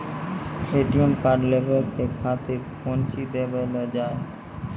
ATM card लेवे के खातिर कौंची देवल जाए?